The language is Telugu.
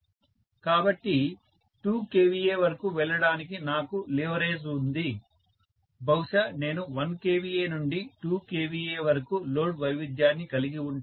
కాబట్టి 2 kVA వరకు వెళ్ళడానికి నాకు లీవరేజ్ ఉంది బహుశా నేను 1 kVA నుండి 2 kVA వరకు లోడ్ వైవిధ్యాన్ని కలిగి ఉంటాను